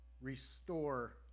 restore